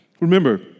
Remember